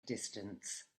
distance